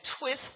twist